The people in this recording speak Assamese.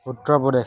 উত্তৰ প্ৰদেশ